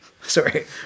sorry